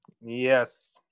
Yes